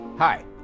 Hi